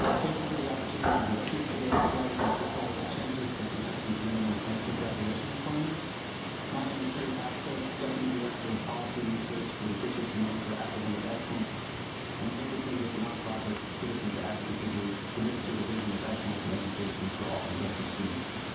thank you for the opportunity to speak today regarding the proposed changes to kentucky's minimum high school graduation requirements my name is perry popke ah deputy director of policy and research for the prichard committee for academic excellence an independent nonprofit citizens advocacy group committed to the vision of excellence in education for all kentucky students